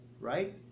right